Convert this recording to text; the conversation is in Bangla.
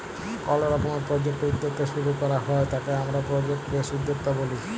কল রকমের প্রজেক্ট উদ্যক্তা শুরু করাক হ্যয় তাকে হামরা প্রজেক্ট বেসড উদ্যক্তা ব্যলি